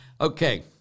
Okay